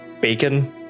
bacon